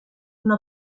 una